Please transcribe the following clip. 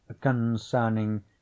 concerning